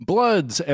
Bloods